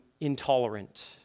intolerant